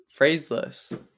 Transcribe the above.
Phraseless